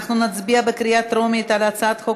אנחנו נצביע בקריאה טרומית על הצעת חוק